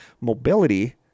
mobility